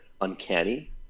uncanny